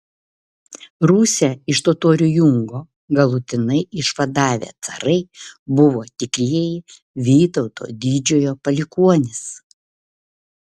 rusią iš totorių jungo galutinai išvadavę carai buvo tikrieji vytauto didžiojo palikuonys